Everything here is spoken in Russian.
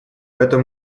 этом